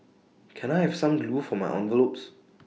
can I have some glue for my envelopes